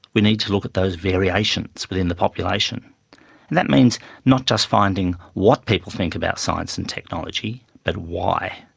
we need to look at those variations within the population, and that means not just finding what people think about science and technology but why.